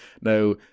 Now